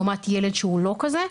לעומת ילד שהוא לא כזה,